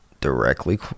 directly